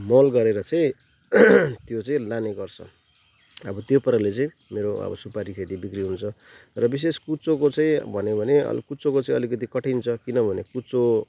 मोल गरेर चाहिँ त्यो चाहिँ लाने गर्छ अब त्यो पाराले चाहिँ मेरो अब सुपारी खेती बिक्री हुन्छ र विशेष कुचोको चाहिँ भन्यो भने कुचोको चाहिँ अलिकति कठिन छ किनभने कुचो